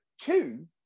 two